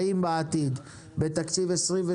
האם בתקציב 2023,